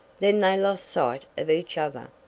then they lost sight of each other.